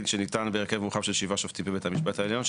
שניתן בהרכב מורחב של 7 שופטים בבית המשפט העליון.